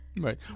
right